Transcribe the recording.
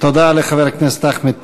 תודה לחבר הכנסת אחמד טיבי.